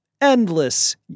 endless